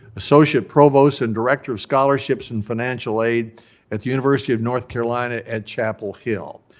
associate provost and director of scholarships and financial aid at the university of north carolina at chapel hill.